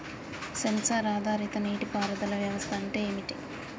Censor ఆధారిత నీటి పారుదల వ్యవస్థ అంటే ఏమిటి?